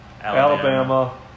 Alabama